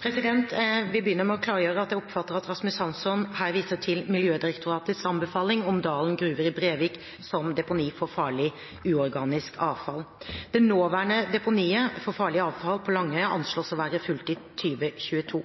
Jeg vil begynne med å klargjøre at jeg oppfatter at Rasmus Hansson her viser til Miljødirektoratets anbefaling om Dalen gruver i Brevik som deponi for farlig uorganisk avfall. Det nåværende deponiet for farlig avfall på Langøya anslås å være fullt i 2022.